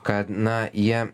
kad na jie